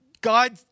God